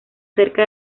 cerca